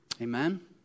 Amen